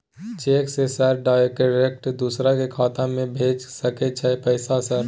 Cheque से sir direct दूसरा के खाता में भेज सके छै पैसा सर?